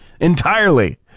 entirely